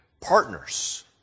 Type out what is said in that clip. partners